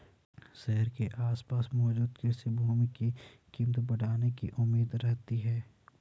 शहर के आसपास मौजूद कृषि भूमि की कीमत बढ़ने की उम्मीद रहती है